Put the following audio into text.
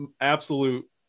absolute